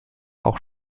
auch